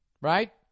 right